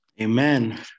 Amen